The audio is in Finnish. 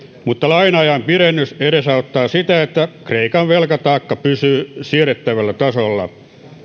mutta laina ajan pidennys edesauttaa sitä että kreikan velkataakka pysyy siedettävällä tasolla